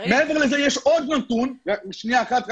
מעבר לזה יש עוד נתון שנקרא